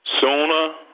Sooner